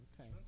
Okay